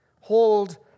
Hold